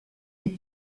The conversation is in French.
des